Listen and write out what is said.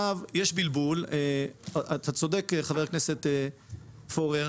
אתה צודק, חבר הכנסת פורר,